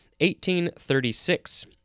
1836